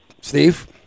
Steve